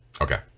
okay